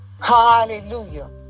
hallelujah